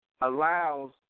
allows